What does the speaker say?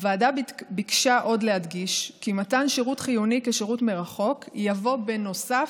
הוועדה ביקשה עוד להדגיש כי מתן שירות חיוני כשירות מרחוק יבוא בנוסף,